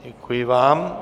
Děkuji vám.